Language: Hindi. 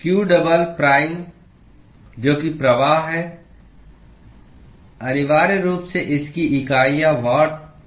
q डबल प्राइम जो कि प्रवाह है अनिवार्य रूप से इसकी इकाइयाँ वाट प्रति मीटर वर्ग हैं